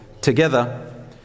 together